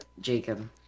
Jacob